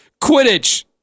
Quidditch